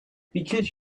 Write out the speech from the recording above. because